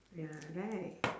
ya right